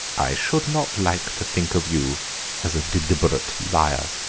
i should not like to think of you as a deliberate liar,